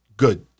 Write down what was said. Good